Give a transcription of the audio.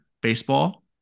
baseball